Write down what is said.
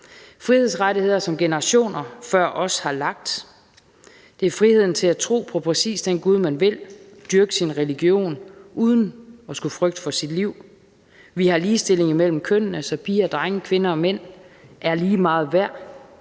frihedsrettigheder, som generationer før os har lagt grunden til. Det er friheden til at tro på præcis den gud, man vil, dyrke sin religion uden at skulle frygte for sit liv. Vi har ligestilling mellem kønnene, så piger og drenge og kvinder og mænd er lige meget værd,